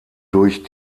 durch